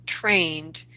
trained